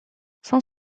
cent